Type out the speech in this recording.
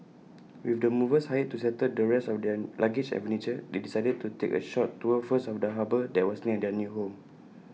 with the movers hired to settle the rest of their luggage and furniture they decided to take A short tour first of the harbour that was near their new home